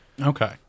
Okay